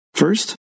First